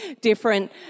different